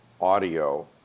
audio